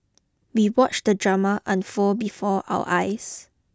we watched the drama unfold before our eyes